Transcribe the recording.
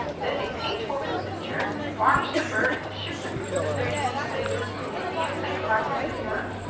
then they paint over the suture, varnish the bird, and ship the fruits of their unique labors to museums and collectors in europe.